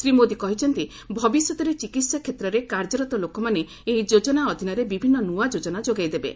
ଶ୍ରୀ ମୋଦି କହିଛନ୍ତି ଭବିଷ୍ୟତରେ ଚିକିତ୍ସା କ୍ଷେତ୍ରରେ କାର୍ଯ୍ୟରତ ଲୋକମାନେ ଏହି ଯୋଜନା ଆଧାରରେ ବିଭିନ୍ନ ନ୍ତଆ ଯୋଜନା ଯୋଗାଇ ଦେବେ